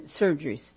surgeries